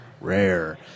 rare